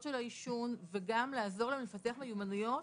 העישון ולעזור להם לפתח מיומנויות